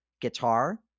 Guitar